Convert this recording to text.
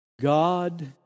God